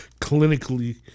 clinically